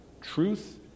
truth